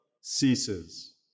ceases